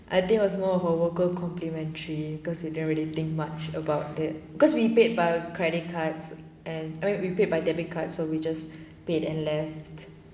I think was more of a worker complimentary because we don't really think much about it because we paid by credit cards and I mean we paid by debit card so we just paid and left